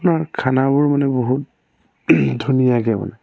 আপোনাৰ খানাবোৰ মানে বহুত ধুনীয়াকৈ বনায়